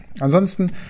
Ansonsten